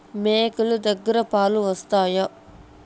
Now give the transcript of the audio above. మేక లు దగ్గర పాలు వస్తాయా?